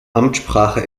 amtssprache